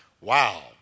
Wow